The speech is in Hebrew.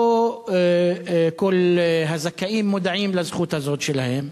לא כל הזכאים מודעים לזכות הזאת שלהם,